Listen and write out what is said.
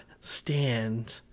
stand